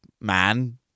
man